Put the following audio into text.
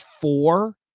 four